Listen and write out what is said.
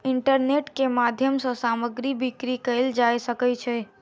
internet के माध्यम सॅ सामग्री बिक्री कयल जा सकै छै